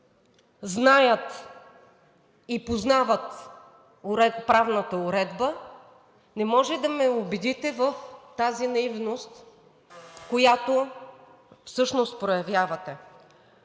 знаят и познават правната уредба, не може да ме убедите в тази наивност, която всъщност проявявате.